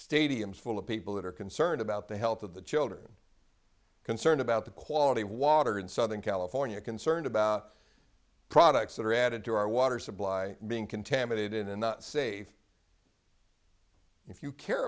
stadiums full of people that are concerned about the health of the children concerned about the quality of water in southern california concerned about products that are added to our water supply being contaminated and not safe if you care